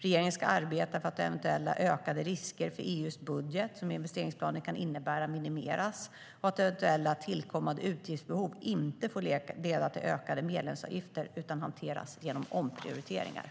Regeringen ska arbeta för att de eventuella ökade risker för EU:s budget som investeringsplanen kan innebära minimeras och att eventuella tillkommande utgiftsbehov inte får leda till ökade medlemsavgifter utan ska hanteras genom omprioriteringar.